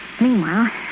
Meanwhile